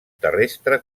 terrestre